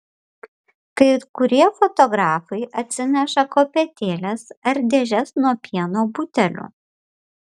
kai kurie fotografai atsineša kopėtėles ar dėžes nuo pieno butelių